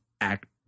act